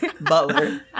Butler